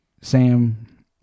Sam